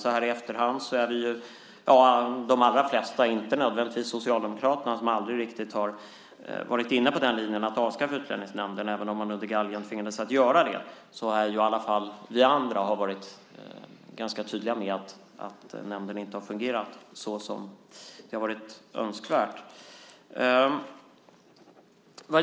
Så här i efterhand har de allra flesta av oss - förutom Socialdemokraterna som aldrig riktigt har varit inne på linjen att avskaffa Utlänningsnämnden även om man under galgen tvingades att göra det - varit ganska tydliga med att nämnden inte har fungerat så som det har varit önskvärt.